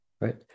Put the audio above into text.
right